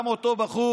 גם אותו בחור